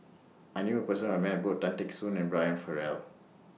I knew A Person Who Met Both Tan Teck Soon and Brian Farrell